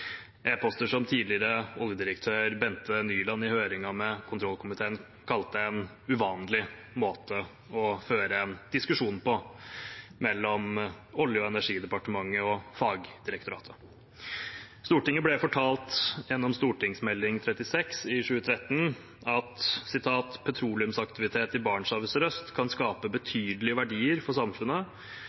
som tidligere oljedirektør Bente Nyland i høringen med kontrollkomiteen kalte en uvanlig måte å føre en dialog på mellom Olje- og energidepartementet og fagdirektoratet. Stortinget ble fortalt, gjennom Meld. St. 36 for 2012–2013, at «petroleumsaktivitet i Barentshavet sørøst kan skape betydelige verdier for samfunnet